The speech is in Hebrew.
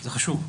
זה חשוב.